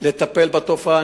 כדי לטפל בתופעה.